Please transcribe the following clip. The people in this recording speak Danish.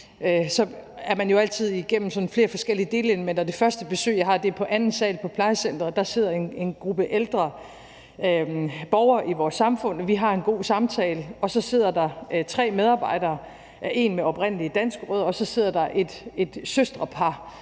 så er man jo altid igennem sådan flere forskellige delelementer. Og det første besøg, jeg har, er på anden sal på plejecenteret, og der sidder en gruppe ældre borgere, og vi har en god samtale, og så sidder der tre medarbejdere, en med oprindelige danske rødder, og så sidder der et søstrepar,